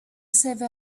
save